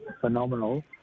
phenomenal